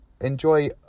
Enjoy